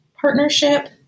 partnership